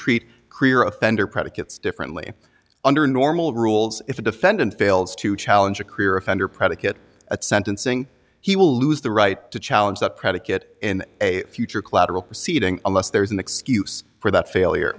treat creer offender predicates differently under normal rules if a defendant fails to challenge a clear offender predicate at sentencing he will lose the right to challenge that predicate in a future collateral proceeding unless there is an excuse for that failure